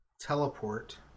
teleport